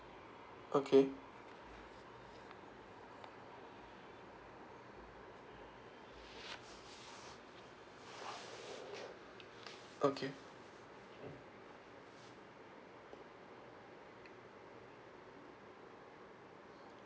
okay okay